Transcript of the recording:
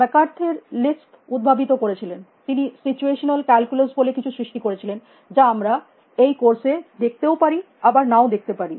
McCarthy Lisp উদ্ভাবিত করেছিলেন তিনি সিচুয়েসানাল ক্যালকুলাস বলে কিছু সৃষ্টি করেছিলেন যা আমরা এই কোর্স এ কোর্সদেখতেও পারি বা নাও দেখতে পারি